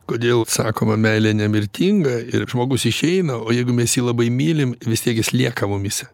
kodėl sakoma meilė nemirtinga ir žmogus išeina o jeigu mes jį labai mylim vis tiek jis lieka mumyse